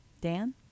Dan